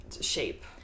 shape